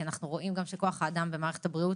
כי אנחנו רואים גם שכוח האדם במערכת הבריאות